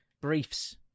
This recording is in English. Briefs